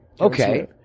Okay